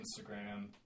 Instagram